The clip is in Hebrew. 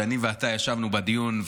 כשאני ואתה ישבנו בדיון,